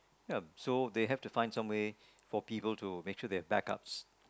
ya so they have to find some way for people to make sure they have back ups